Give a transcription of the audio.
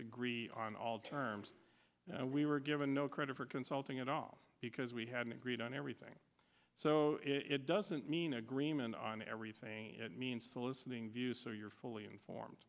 agree on all terms we were given no credit for consulting at all because we hadn't agreed on everything so it doesn't mean agreement on everything means soliciting views so you're fully informed